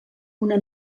una